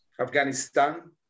Afghanistan